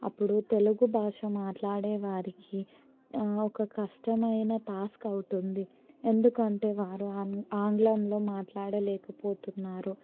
అప్పుడు తెలుగు భాష మాట్లాడే వారికి ఒక కష్టమైన టాస్క్ అవుతుంది ఎందుకంటే వారు ఆంగ్ల ఆంగ్లంలో మాట్లాడలేకపోతున్నారు